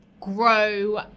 grow